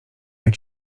jak